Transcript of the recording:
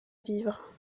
vivre